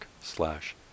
slash